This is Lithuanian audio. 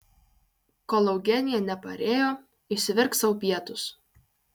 kol eugenija neparėjo išsivirk sau pietus